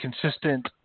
consistent